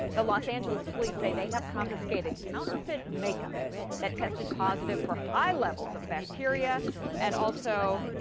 the los angeles police say they have confiscated counterfeit makeup that tested positive for high levels of bacteria and also,